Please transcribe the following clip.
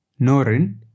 Norin